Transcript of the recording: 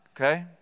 Okay